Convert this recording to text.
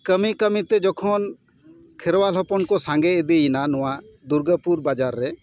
ᱠᱟᱹᱢᱤ ᱠᱟᱹᱢᱤ ᱛᱮ ᱡᱚᱠᱷᱚᱱ ᱠᱷᱮᱨᱣᱟᱞ ᱦᱚᱯᱚᱱ ᱠᱚ ᱥᱟᱸᱜᱮ ᱤᱫᱤᱭᱮᱱᱟ ᱱᱚᱣᱟ ᱫᱩᱨᱰᱟᱹᱯᱩᱨ ᱵᱟᱡᱟᱨ ᱨᱮ